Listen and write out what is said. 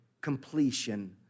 completion